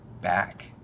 back